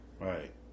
Right